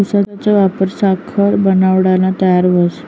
ऊसना वापर साखर बनाडाना करता व्हस